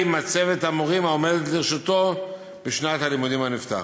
מצבת המורים העומדת לרשותו בשנת הלימודים הנפתחת.